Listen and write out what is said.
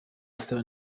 ihita